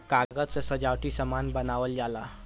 कागज से सजावटी सामान बनावल जाला